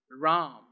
Ram